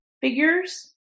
figures